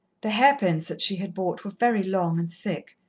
the hair-pins that she had bought were very long and thick.